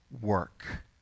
work